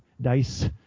dice –